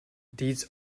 deeds